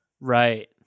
Right